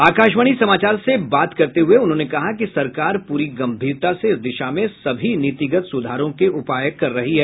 आकाशवाणी समाचार से बात करते हुए उन्होंने कहा कि सरकार प्री गंभीरता से इस दिशा में सभी नीतिगत सुधारों के उपाय कर रही है